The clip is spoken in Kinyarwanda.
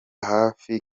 hafi